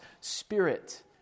Spirit